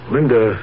Linda